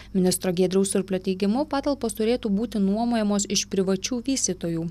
ministro giedriaus surplio teigimu patalpos turėtų būti nuomojamos iš privačių vystytojų